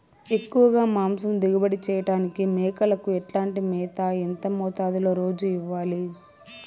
ఎక్కువగా మాంసం దిగుబడి చేయటానికి మేకలకు ఎట్లాంటి మేత, ఎంత మోతాదులో రోజు ఇవ్వాలి?